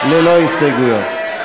ללא הסתייגויות.